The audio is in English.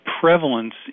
prevalence